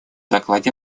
докладе